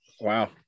Wow